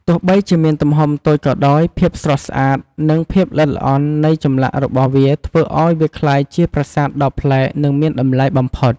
ទោះបីជាមានទំហំតូចក៏ដោយ ភាពស្រស់ស្អាត និងភាពល្អិតល្អន់នៃចម្លាក់របស់វាធ្វើឱ្យវាក្លាយជាប្រាសាទដ៏ប្លែក និងមានតម្លៃបំផុត។